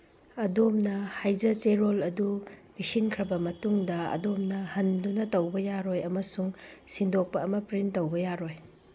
ꯑꯗꯣꯝꯅ ꯍꯥꯏꯖ ꯆꯦꯔꯣꯜ ꯑꯗꯨ ꯄꯤꯁꯤꯟꯈ꯭ꯔꯕ ꯃꯇꯨꯡꯗ ꯑꯗꯣꯝꯅ ꯍꯟꯗꯨꯅ ꯇꯧꯕ ꯌꯥꯔꯣꯏ ꯑꯃꯁꯨꯡ ꯁꯤꯟꯗꯣꯛꯄ ꯑꯃ ꯄ꯭ꯔꯤꯟ ꯇꯧꯕ ꯌꯥꯔꯣꯏ